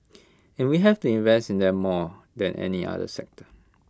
and we have to invest in them more than any other sector